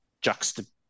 juxtaposition